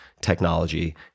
technology